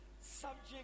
subject